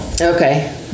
Okay